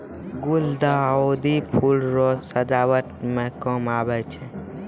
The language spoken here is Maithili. गुलदाउदी फूल रो सजावट मे काम आबै छै